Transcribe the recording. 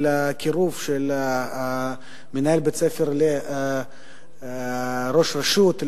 בקרבה של מנהל בית-הספר לראש רשות,